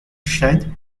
shed